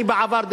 אני בעבר,